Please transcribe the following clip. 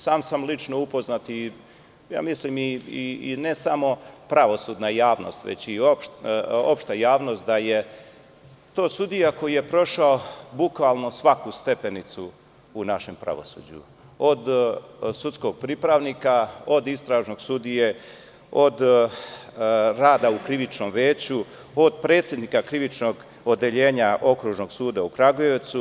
Sam sam lično upoznat i mislim ne samo pravosudna javnost i već i opšta javnost da je to sudija koji je prošao bukvalno svaku stepenicu u našem pravosuđu, od sudskog pripravnika, od istražnog sudije, od rada u krivičnom veću, od predsednika krivičnog odeljenja Okružnog suda u Kragujevcu.